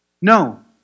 No